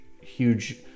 huge